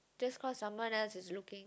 just cause someone else is looking